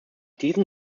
diesen